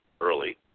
early